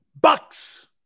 Bucks